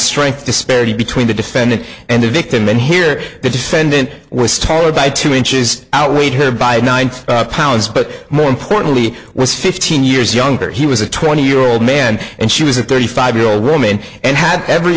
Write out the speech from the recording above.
strength disparity between the defendant and the victim and here the defendant was told by two inches outweighed her by ninety pounds but more importantly was fifteen years younger he was a twenty year old man and she was a thirty five year old woman and had every